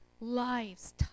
lives